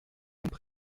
comme